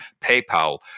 PayPal